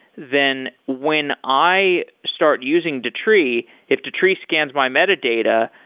then when i start using datree, if datree scans my metadata,